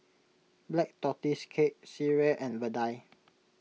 Black Tortoise Cake Sireh and Vadai